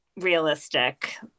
realistic